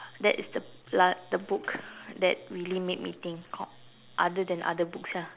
that is the la~ the book that really made me think co~ other than other books ya